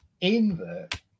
Invert